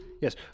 Yes